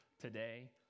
today